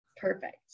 perfect